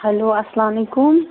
hello اَسلام وعلیکُم